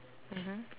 mmhmm